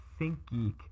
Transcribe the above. ThinkGeek